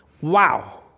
Wow